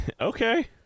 okay